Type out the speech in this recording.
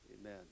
amen